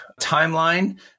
timeline